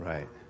Right